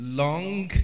long